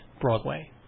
Broadway